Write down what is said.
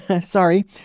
sorry